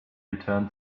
return